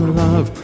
love